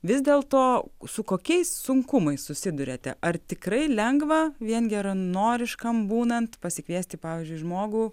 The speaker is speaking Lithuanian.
vis dėlto su kokiais sunkumais susiduriate ar tikrai lengva vien geranoriškam būnant pasikviesti pavyzdžiui žmogų